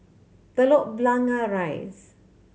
Telok Blangah Rise